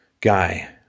guy